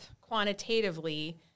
quantitatively